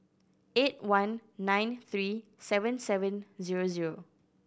eight one nine three seven seven zero zero